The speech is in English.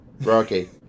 Rocky